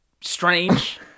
strange